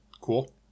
Cool